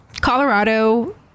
Colorado